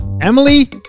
Emily